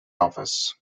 office